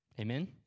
Amen